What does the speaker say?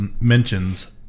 mentions